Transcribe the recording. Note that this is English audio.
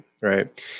right